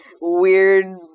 Weird